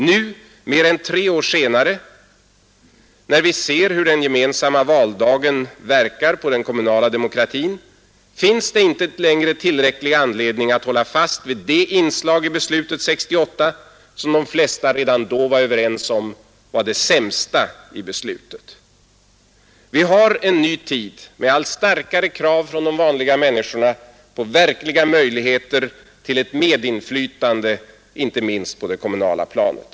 Nu mer än tre år senare, när vi ser hur den gemensamma valdagen verkar på den kommunala demokratin, finns det ingen anledning längre att hålla fast vid det inslag i beslutet 1968 som de flesta redan då var överens om var det sämsta inslaget i beslutet. Vi har en ny tid med allt starkare krav från de vanliga människorna på verkliga möjligheter till medinflytande, inte minst på det kommunala planet.